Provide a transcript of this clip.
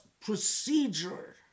procedure